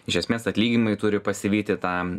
iš esmės atlyginimai turi pasivyti tą